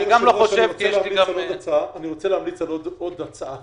אני רוצה להמליץ על עוד הצעה.